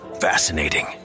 Fascinating